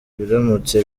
biramutse